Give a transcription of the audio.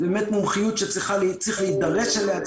זאת באמת מומחיות שצריך להידרש אליה,